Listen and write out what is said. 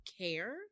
care